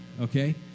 okay